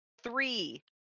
three